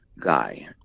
guy